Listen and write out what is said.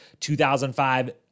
2005